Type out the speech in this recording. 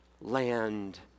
land